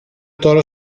τώρα